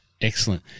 excellent